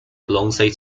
alongside